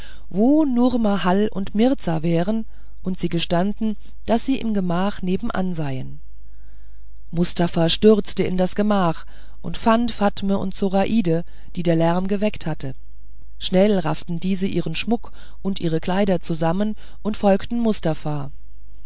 wo nurmahal und mirzah wären und sie gestanden daß sie im gemach nebenan seien mustafa stürzte in das gemach und fand fatme und zoraiden die der lärm erweckt hatte schnell rafften diese ihren schmuck und ihre kleider zusammen und folgten mustafa